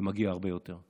ומגיע הרבה יותר.